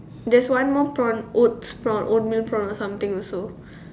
there's one more prawn oats prawn oatmeal prawn or something also